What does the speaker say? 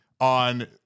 on